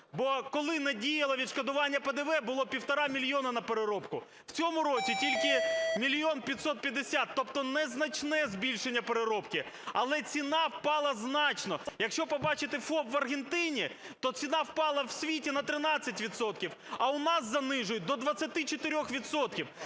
Бо коли діяло відшкодування ПДВ, було півтора мільйона на переробку. В цьому році - тільки 1 мільйон 550, тобто незначне збільшення переробки. Але ціна впала значно. Якщо побачите ФОП в Аргентині, то ціна впала в світі на 13 відсотків, а у нас занижують до 24